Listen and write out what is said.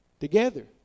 together